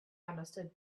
understood